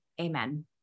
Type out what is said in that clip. Amen